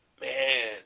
Man